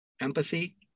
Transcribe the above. empathy